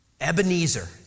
Ebenezer